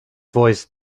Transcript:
voice